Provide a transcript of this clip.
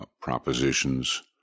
propositions